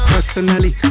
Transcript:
Personally